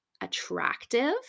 attractive